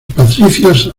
patricios